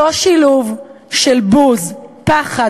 אותו שילוב של בוז, פחד